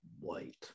white